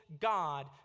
God